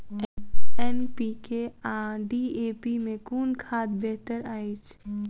NPK आ DAP मे कुन खाद बेहतर अछि?